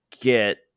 get